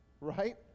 right